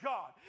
God